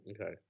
Okay